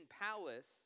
palace